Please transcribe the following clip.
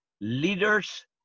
Leaders